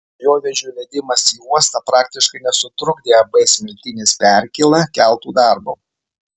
dujovežio įvedimas į uostą praktiškai nesutrukdė ab smiltynės perkėla keltų darbo